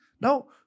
Now